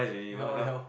ya what the hell